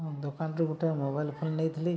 ଦୋକାନରୁ ଗୋଟିଏ mobile phone ନେଇଥିଲି